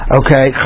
okay